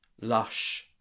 lush